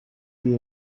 you